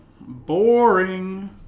Boring